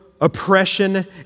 oppression